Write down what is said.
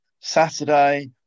Saturday